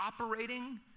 operating